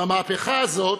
במהפכה הזאת,